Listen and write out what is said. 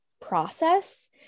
process